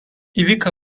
i̇vica